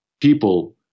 people